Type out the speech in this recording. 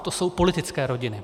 Ano, to jsou politické rodiny.